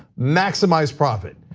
maximize profit.